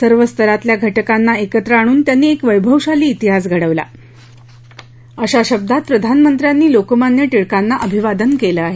सर्व स्तरातल्या घटकांना एकत्र आणून त्यांनी एक वैभवशाली तिहास घडवला अशा शब्दात प्रधानमंत्र्यांनी लोकमान्य टिळकांना अभिवादन केलं आहे